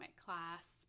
class